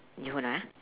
ah